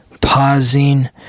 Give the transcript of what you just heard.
pausing